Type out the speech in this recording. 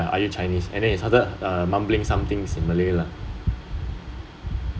ya are you chinese and then he started mumbling something in malay lah